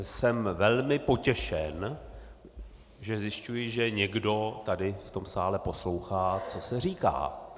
Jsem velmi potěšen, že zjišťuji, že někdo tady v tom sále poslouchá, co se říká.